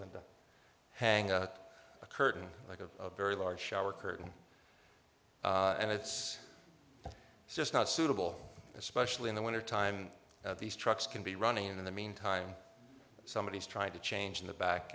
than to hang a curtain like a very large shower curtain and it's just not suitable especially in the winter time these trucks can be running in the meantime somebody is trying to change in the back